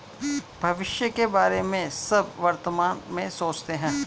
भविष्य के बारे में सब वर्तमान में सोचते हैं